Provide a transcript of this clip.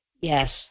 Yes